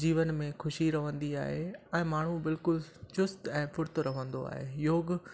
जीवन में ख़ुशी रहंदी आहे ऐं माण्हू बिल्कुलु चुस्तु ऐं फ़ुर्तु रहंदो आहे योग